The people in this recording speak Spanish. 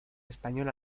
español